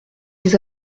les